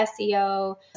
SEO